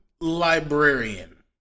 librarian